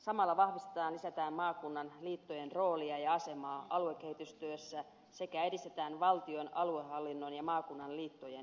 samalla vahvistetaan ja lisätään maakunnan liittojen roolia ja asemaa aluekehitystyössä sekä edistetään valtion aluehallinnon ja maakunnan liittojen yhteistyötä